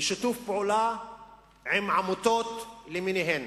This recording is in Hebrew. בשיתוף פעולה עם עמותות למיניהן.